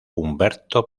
humberto